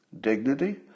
Dignity